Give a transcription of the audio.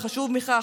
וחשוב מכך,